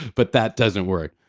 but that doesn't work.